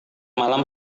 malam